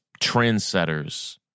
trendsetters